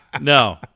No